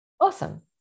Awesome